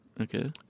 Okay